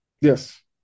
Yes